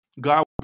God